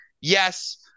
Yes